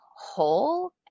whole